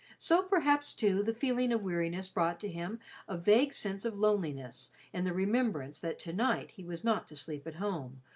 so perhaps, too, the feeling of weariness brought to him a vague sense of loneliness in and the remembrance that to-night he was not to sleep at home,